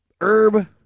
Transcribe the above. Herb